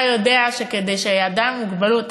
אתה יודע שכדי שאדם עם מוגבלות,